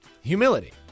humility